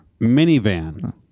Minivan